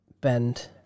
bend